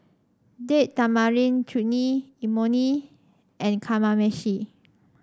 Date Tamarind Chutney Imoni and Kamameshi